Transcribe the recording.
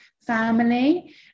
family